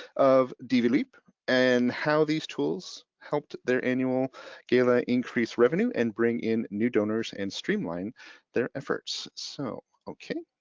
of dv leap and how these tools helped their annual gala, increase revenue and bring in new donors and streamline their efforts. so, okay,